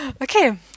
okay